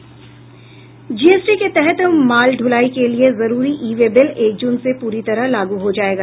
GST के तहत माल ढूलाई के लिए जरूरी ई वे बिल एक जून से पूरी तरह लागू हो जायेगा